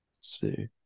see